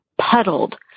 puddled